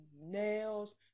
nails